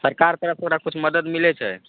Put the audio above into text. सरकार तरफसॅं ओकरासॅं कुछ मदद मिलै छै